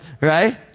right